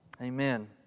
Amen